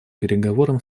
переговорам